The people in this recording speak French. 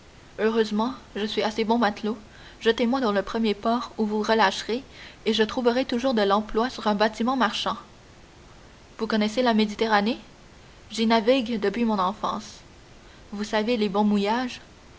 heureusement je suis assez bon matelot jetez moi dans le premier port où vous relâcherez et je trouverai toujours de l'emploi sur un bâtiment marchand vous connaissez la méditerranée j'y navigue depuis mon enfance vous savez les bons mouillages